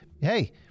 hey